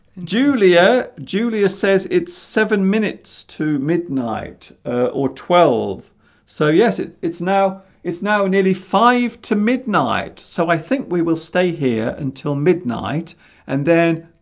julia julia says it's seven minutes to midnight or twelve so yes it it's now it's now nearly five to midnight so i think we will stay here until midnight and then